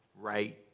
right